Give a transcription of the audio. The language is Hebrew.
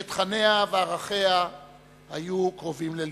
שתכניה וערכיה היו קרובים ללבו.